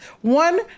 One